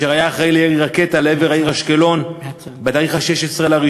שהיה אחראי לירי רקטה לעבר העיר אשקלון ב-16 בינואר.